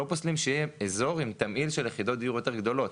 אנחנו לא פוסלים שיהיה אזור עם תמהיל של יחידות דיור יותר גדולות.